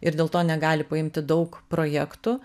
ir dėl to negali paimti daug projektų